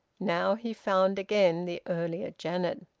now he found again the earlier janet.